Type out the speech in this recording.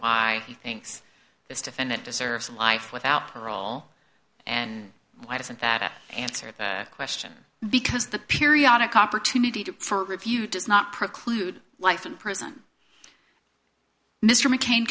why he thinks this defendant deserves a life without parole and why doesn't that answer the question because the periodic opportunity to review does not preclude life in prison mr mccain